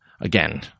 Again